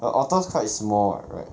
the otters quite small [what] right